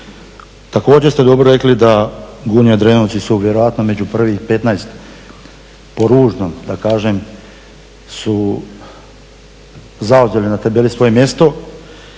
Također, ste dobro rekli da Gunja, Drenovci su vjerojatno među prvih 15 po ružnom da kažem, su zauzeli na tabeli svoje mjesto.